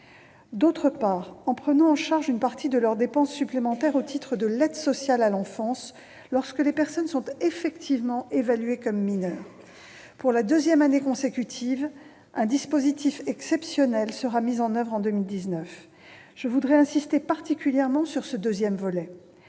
d'autre part, l'État prendra en charge une partie des dépenses supplémentaires des départements au titre de l'aide sociale à l'enfance, l'ASE, lorsque les personnes sont effectivement évaluées comme mineures. Pour la seconde année consécutive, un dispositif exceptionnel sera mis en oeuvre en 2019. Je tiens à insister particulièrement sur ce second volet.